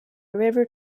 river